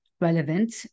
relevant